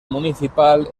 municipal